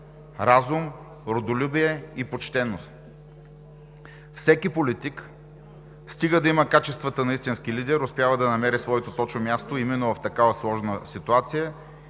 разум, родолюбие и почтеност. Всеки политик, стига да има качествата на истински лидер, успява да намери своето точно място именно в такава сложна ситуация,